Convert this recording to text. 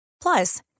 Plus